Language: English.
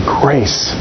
grace